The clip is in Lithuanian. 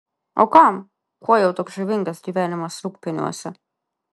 o kam kuo jau toks žavingas gyvenimas rūgpieniuose